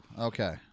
okay